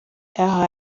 aho